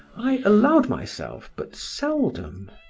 i allowed myself but seldom.